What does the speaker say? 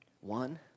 one